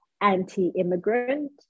anti-immigrant